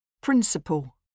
Principle